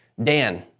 dan,